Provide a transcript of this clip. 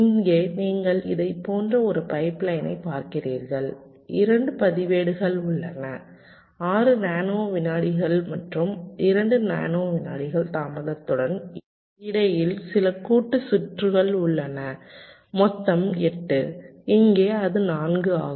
இங்கே நீங்கள் இதைப் போன்ற ஒரு பைப்லைனை பார்க்கிறீர்கள் 2 பதிவேடுகள் உள்ளன 6 நானோ வினாடிகள் மற்றும் 2 நானோ விநாடிகள் தாமதத்துடன் இடையில் சில கூட்டு சுற்றுகள் உள்ளன மொத்தம் 8 இங்கே அது 4 ஆகும்